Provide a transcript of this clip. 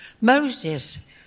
Moses